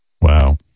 Wow